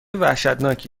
وحشتناکی